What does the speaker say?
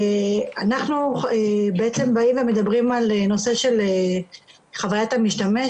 אנחנו מדברים על נושא של חוויית המשתמש,